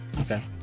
Okay